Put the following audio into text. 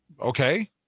Okay